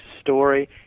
story